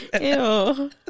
Ew